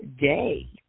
day